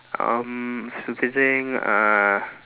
um stupid thing uh